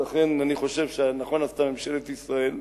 ולכן אני חושב שנכון עשתה ממשלת ישראל.